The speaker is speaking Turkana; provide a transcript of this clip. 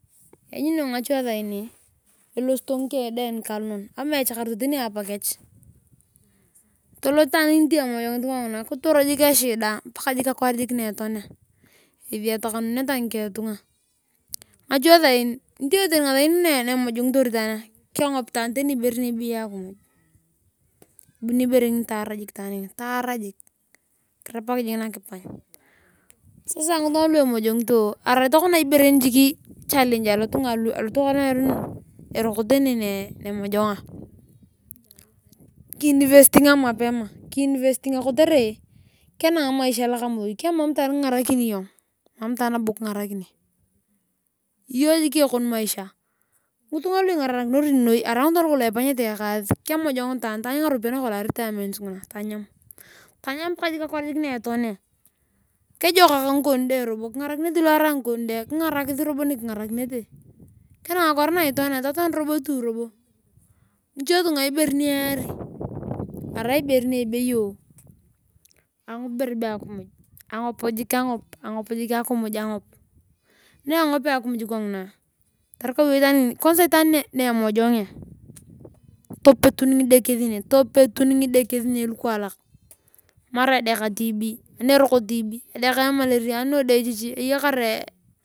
Arukuman odeishishi eyakar kuwom odeisishi edekadekat jiiki paka tamarai arai takona ibnere ngiiri nyo kotere tu amojong. Amojonh ngina ebuni amojing ngina paka eari itaan ngiri eyanyunyi nabo nikinaklyong ngidawae lua tibi kimat iyong ngidawe ngulu. Tamamakar akimiy taany jiki ngichantaany jik eshida kiboikin jik kogina tanyan eshida paka akwaar jik na itonea karai ngikori dae ngiche kingarakis robo peke akwaar iyong ngikon dae taanyan robo eshida paka jik toton keya kolong ngaropiya kon kolong lwakirit washe. Karai ngaropiyae na retired tanyam robo retired kon paka akwaar lobeyo epressure toting epressure toting amakibalanangare ibere nibeyo epressure egogong saan akimentaingare ibore be epressure saan alotunga aluyakatar emaisha lokagongon. Ngutunga lu emojongito akirumentaingare egogong saana. Lanmyuni iyong haan akimentaingare epressure ngolo egogong kotere maybe atamario itaan ngini eraki ibere be epressure esaki akimiy esaki epressure kechekingae kela akwaar.